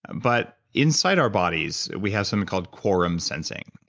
but inside our bodies, we have something called quorum sensing.